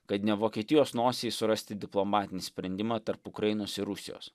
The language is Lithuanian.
kad ne vokietijos nosiai surasti diplomatinį sprendimą tarp ukrainos ir rusijos